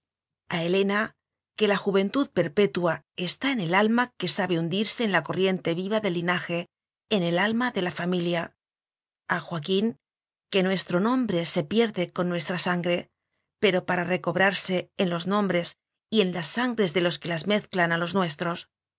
a helena que la juventud perpetua está en el alma que sabe hundirse en la corriente viva del linaje en el alma de la familia a joaquín que nuestro nombre se pierde con nuestra sangre pero para reco brarse en los nombres y en las sangres de los que las mezclan a los nuestros